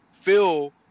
Phil